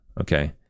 Okay